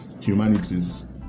humanities